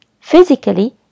physically